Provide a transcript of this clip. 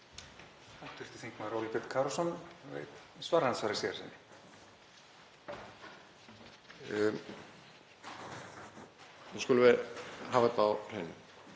Nú skulum við hafa þetta á hreinu.